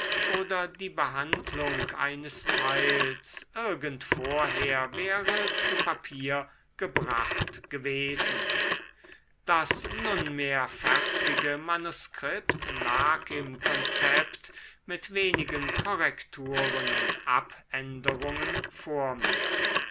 oder die behandlung eines teils irgend vorher wäre zu papier gebracht gewesen das nunmehr fertige manuskript lag im konzept mit wenigen korrekturen und abänderungen vor mir